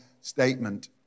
statement